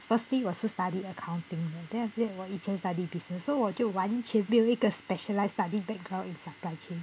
firstly 我是 study accounting then 我以前 study business so 我就完全没有一个 specialized study background in supply chain